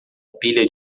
pilha